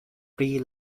pri